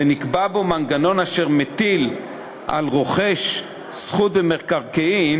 ונקבע בו מנגנון אשר מטיל על הרוכש זכות במקרקעין,